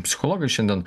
psichologai šiandien